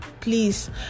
Please